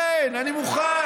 כן, אני מוכן.